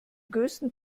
größten